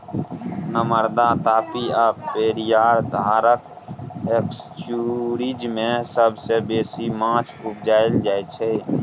नर्मदा, तापी आ पेरियार धारक एस्च्युरीज मे सबसँ बेसी माछ उपजाएल जाइ छै